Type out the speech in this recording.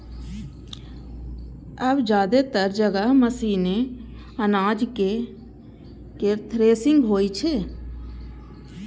आब जादेतर जगह मशीने सं अनाज केर थ्रेसिंग होइ छै